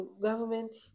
government